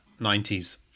90s